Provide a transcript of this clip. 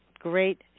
great